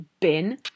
bin